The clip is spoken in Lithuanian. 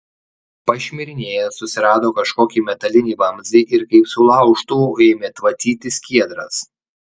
pašmirinėjęs susirado kažkokį metalinį vamzdį ir kaip su laužtuvu ėmė tvatyti skiedras